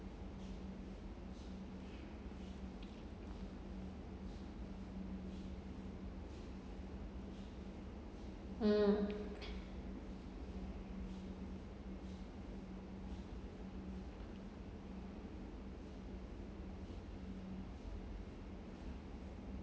mm